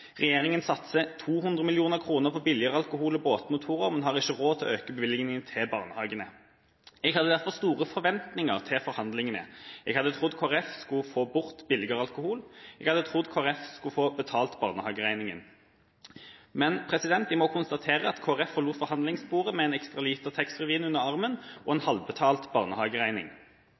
Regjeringa satser 200 mill. kr på billigere alkohol og båtmotorer, men har ikke råd til å øke bevilgningene til barnehagene. Jeg hadde derfor store forventninger til forhandlingene. Jeg hadde trodd Kristelig Folkeparti skulle få bort billigere alkohol. Jeg hadde trodd Kristelig Folkeparti skulle få betalt barnehageregninga. Men jeg må konstatere at Kristelig Folkeparti forlot forhandlingsbordet med en ekstra liter taxfree-vin under armen og en halvbetalt